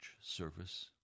service